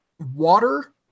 Water